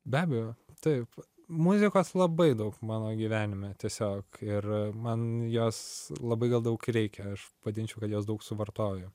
be abejo taip muzikos labai daug mano gyvenime tiesiog ir man jos labai gal daug reikia aš vadinčiau kad jos daug suvartojau